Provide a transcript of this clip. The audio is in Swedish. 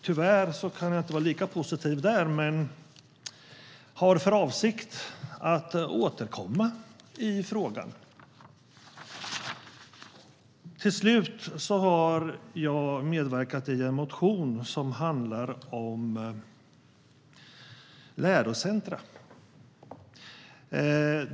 Tyvärr kan jag inte vara lika positiv där men har för avsikt att återkomma i frågan. Till slut har jag medverkat till en motion som handlar om lärocentrum.